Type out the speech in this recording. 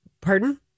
Pardon